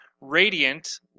radiant